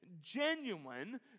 genuine